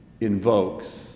invokes